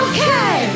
Okay